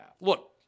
Look